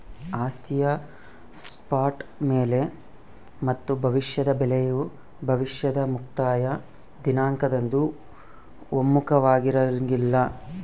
ಆಸ್ತಿಯ ಸ್ಪಾಟ್ ಬೆಲೆ ಮತ್ತು ಭವಿಷ್ಯದ ಬೆಲೆಯು ಭವಿಷ್ಯದ ಮುಕ್ತಾಯ ದಿನಾಂಕದಂದು ಒಮ್ಮುಖವಾಗಿರಂಗಿಲ್ಲ